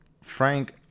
Frank